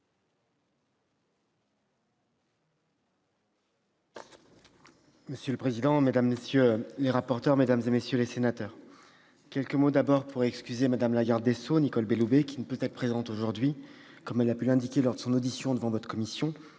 Monsieur le président, madame, messieurs les rapporteurs, mesdames, messieurs les sénateurs, je vous prie tout d'abord d'excuser Mme la garde des sceaux, Nicole Belloubet, qui ne peut être présente aujourd'hui. Comme elle l'a indiqué lors de son audition en commission,